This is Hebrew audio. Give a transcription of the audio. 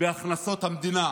בהכנסות המדינה